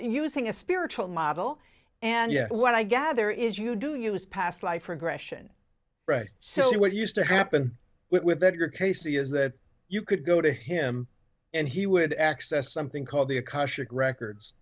using a spiritual model and yet what i gather is you do use past life regression right so what used to happen with your casey is that you could go to him and he would access something called the